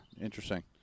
Interesting